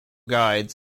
guides